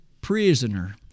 prisoner